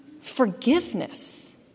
forgiveness